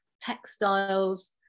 textiles